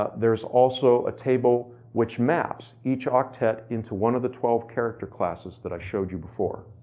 there is also a table which maps each octet into one of the twelve character classes that i showed you before.